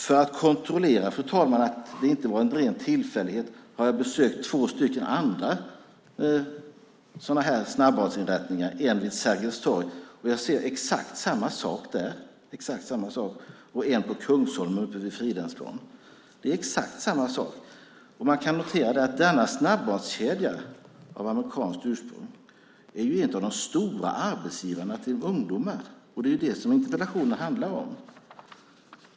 För att kontrollera att detta inte var en ren tillfällighet har jag besökt två andra snabbmatsinrättningar, en vid Sergels torg och en på Kungsholmen uppe vid Fridhemsplan. Jag såg exakt samma sak där. Man kan notera att denna snabbmatskedja av amerikanskt ursprung är en av de stora arbetsgivarna för ungdomar, och det är ju det interpellationen handlar om.